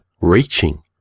reaching